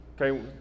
Okay